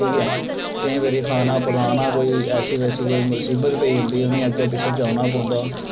ठीक ऐ केईं बारी खाना बनाना कोई ऐसी वैसी मुसीबत पेई जंदी उ'नें अग्गै पिच्छै जाना पौंदा